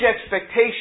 expectation